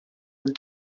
with